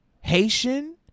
Haitian